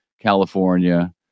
California